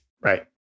Right